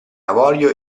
avorio